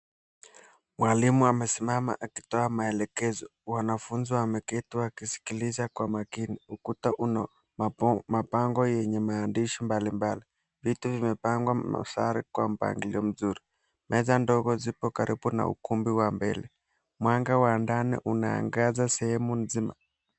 Mwalimu amesimama akitoa maelekezo, wanafunzi wameketi wakisikiliza kwa makini. Ukuta unamabango yenye mandishi mbalimbali. Viti imepangwa maandhari kwa mpangilio mzuri. Meza ndogo ziko karibu na ukumbi wa mbele, mwanga wa ndani unaangaza sehemu nzima.